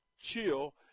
chill